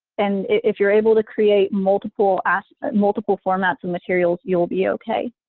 and if you're able to create multiple as multiple formats and materials, you'll be okay,